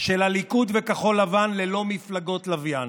של הליכוד וכחול לבן, ללא מפלגות לוויין.